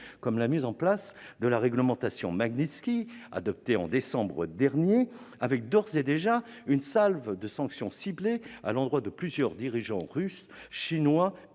comme la mise en oeuvre de la réglementation Magnitski adoptée en décembre dernier, avec, d'ores et déjà, une salve de sanctions ciblées à l'endroit de plusieurs dirigeants russes, chinois et birmans.